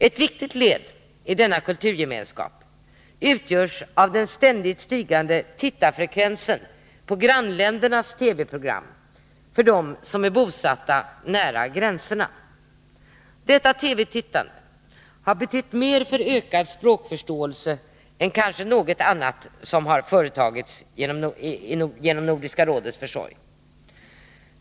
Ett viktigt led i denna kulturgemenskap utgörs av den ständigt stigande tittarfrekvensen beträffande grannländernas TV-program när det gäller dem som är bosatta nära gränserna. Detta TV-tittande har betytt mer för ökad språkförståelse än kanske något annat som har företagits genom Nordiska rådets försorg.